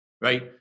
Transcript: right